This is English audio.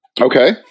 Okay